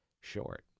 short